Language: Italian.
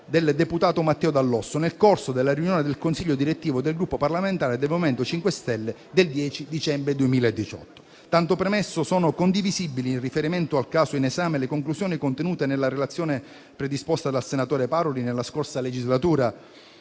del deputato Matteo Dall'Osso - nel corso della riunione del consiglio direttivo del Gruppo parlamentare MoVimento 5 Stelle del 10 dicembre 2018. Tanto premesso, sono condivisibili, in riferimento al caso in esame, le conclusioni contenute nella relazione predisposta dal senatore Paroli nella scorsa legislatura,